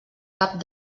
cap